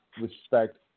respect